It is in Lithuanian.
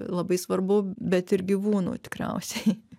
labai svarbu bet ir gyvūnų tikriausiai